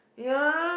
yeah